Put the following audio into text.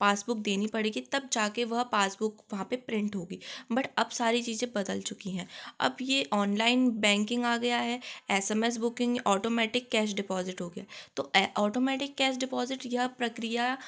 passbook देनी पड़ेगी तब जा कर वह पासबुक वहाँ पर प्रिंट होगी बट अब सारी चीजें बदल चुकी हैं अब ये ऑनलाइन बैंकिंग आ गया है S M S booking automatic cash deposit हो गया है तो ए ऑटोमेटिक कैश डिपॉज़िट यह प्रक्रिया